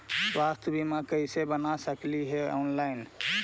स्वास्थ्य बीमा कैसे बना सकली हे ऑनलाइन?